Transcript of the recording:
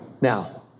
Now